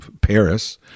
Paris